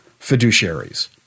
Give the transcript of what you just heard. fiduciaries